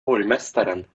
borgmästaren